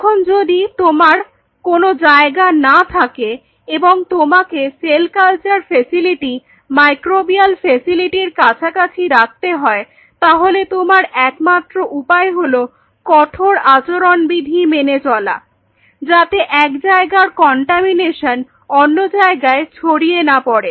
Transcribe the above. এখন যদি তোমার কোন জায়গা না থাকে এবং তোমাকে সেল কালচার ফেসিলিটি মাইক্রোবিয়াল ফেসিলিটির কাছাকাছি রাখতে হয় তাহলে তোমার একমাত্র উপায় হল কঠোর আচরণবিধি মেনে চলা যাতে এক জায়গার কন্টামিনেশন অন্য জায়গায় ছড়িয়ে না পড়ে